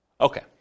Okay